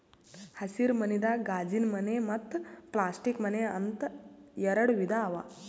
ಹಸಿರ ಮನಿದಾಗ ಗಾಜಿನಮನೆ ಮತ್ತ್ ಪ್ಲಾಸ್ಟಿಕ್ ಮನೆ ಅಂತ್ ಎರಡ ವಿಧಾ ಅವಾ